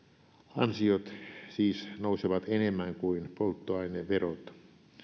ansiot siis nousevat enemmän kuin polttoaineverot